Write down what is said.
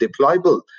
deployable